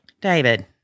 David